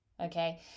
okay